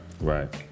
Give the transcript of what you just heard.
Right